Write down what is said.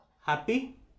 Happy